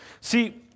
See